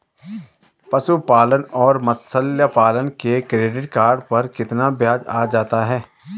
पशुपालन और मत्स्य पालन के क्रेडिट कार्ड पर कितना ब्याज आ जाता है?